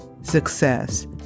success